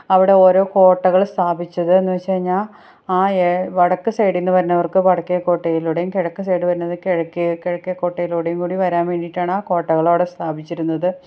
അവിടെ ഓരോ കോട്ടകള് സ്ഥാപിച്ചത് എന്നുവെച്ച് കഴിഞ്ഞാൽ ആ എ വടക്ക് സൈഡില് വരുന്നവർക്ക് വടക്കേക്കോട്ടയിലൂടെയും കിഴക്ക് സൈഡില് വരുന്നവർക്ക് കിഴക്കേ കിഴക്കേക്കോട്ടയിലൂടെയും കൂടി വരാന് വേണ്ടിയിട്ടാണ് ആ കോട്ടകളവിടെ സ്ഥാപിച്ചിരുന്നത്